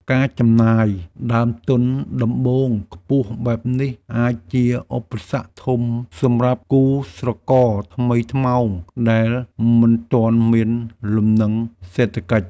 ការចំណាយដើមទុនដំបូងខ្ពស់បែបនេះអាចជាឧបសគ្គធំសម្រាប់គូស្រករថ្មីថ្មោងដែលមិនទាន់មានលំនឹងសេដ្ឋកិច្ច។